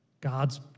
God's